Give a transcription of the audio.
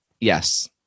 Yes